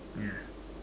yeah